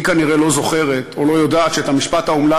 היא כנראה לא זוכרת או לא יודעת שאת המשפט האומלל